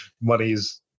money's